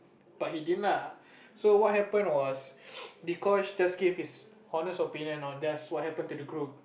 but he didn't lah so what happen was Dee-Kosh just gave his honest opinion on just what happen to the group